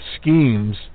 schemes